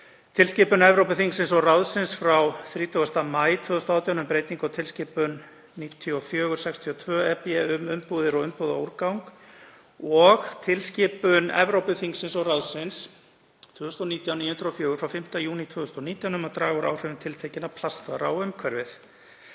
tilskipun Evrópuþingsins og ráðsins (ESB) 2018/852 frá 30. maí 2018 um breytingu á tilskipun 94/62/EB um umbúðir og umbúðaúrgang, tilskipun Evrópuþingsins og ráðsins (ESB) 2019/904 frá 5. júní 2019 um að draga úr áhrifum tiltekinna plastvara á umhverfið.